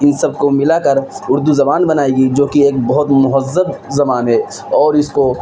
ان سب کو ملا کر اردو زبان بنائی گئی جو کہ ایک بہت مہذب زبان ہے اور اس کو